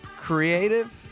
creative